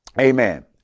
amen